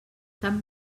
tan